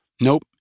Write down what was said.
Nope